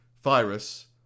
virus